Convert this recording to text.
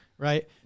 right